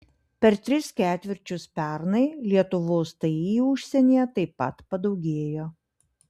per tris ketvirčius pernai lietuvos ti užsienyje taip pat padaugėjo